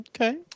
okay